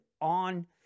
on